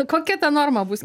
kokia ta norma bus